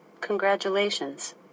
Congratulations